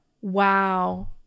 Wow